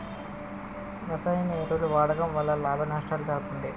రసాయన ఎరువుల వాడకం వల్ల లాభ నష్టాలను తెలపండి?